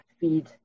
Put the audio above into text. feed